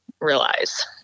realize